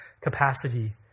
capacity